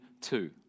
two